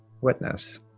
witness